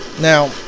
Now